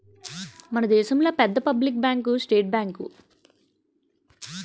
మన దేశంలో పెద్ద పబ్లిక్ బ్యాంకు స్టేట్ బ్యాంకు